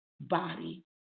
body